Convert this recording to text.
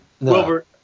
Wilbur